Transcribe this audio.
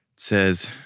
says,